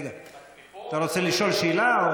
אתה רוצה לשאול שאלה?